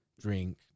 drink